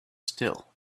still